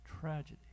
tragedy